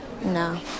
No